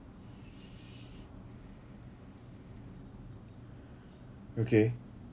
okay